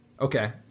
Okay